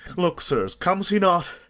look, sirs, comes he not?